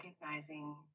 recognizing